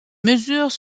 mesures